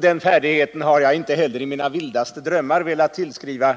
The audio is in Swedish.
Den färdigheten har jag inte heller i mina vildaste drömmar velat tillskriva